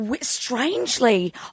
strangely